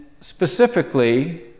specifically